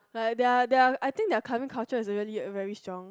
like their their I think their clubbing culture is really very strong